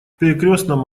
перекрёстном